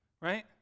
right